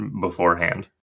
beforehand